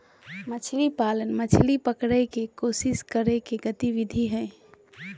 मछली पालन, मछली पकड़य के कोशिश करय के गतिविधि हइ